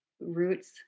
roots